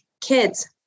kids